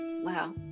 Wow